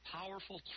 powerful